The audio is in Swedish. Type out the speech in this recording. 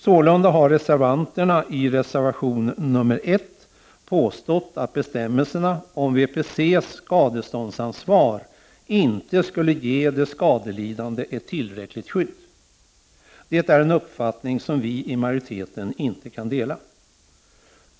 Sålunda har de som står för reservation nr 1 påstått att bestämmelserna om VPC:s skadeståndsansvar inte skulle ge de skadelidande ett tillräckligt skydd. Det är en uppfattning som vi från — Prot. 1989/90:31 majoritetens sida inte kan dela.